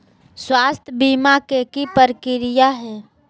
स्वास्थ बीमा के की प्रक्रिया है?